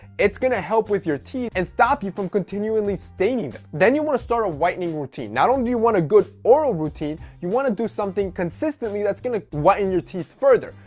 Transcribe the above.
it's gonna help with your teeth and stop you from continually staining them. then you want to start a whitening routine, not only do you want a good oral routine, you want to do something consistently that's gonna whiten your teeth further.